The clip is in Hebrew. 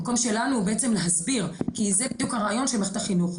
המקום שלנו הוא בעצם להסביר כי זה בדיוק הרעיון של מערכת החינוך.